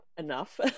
enough